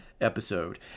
episode